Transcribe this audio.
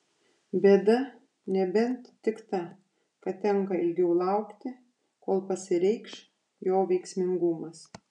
bėda nebent tik ta kad tenka ilgiau laukti kol pasireikš jo veiksmingumas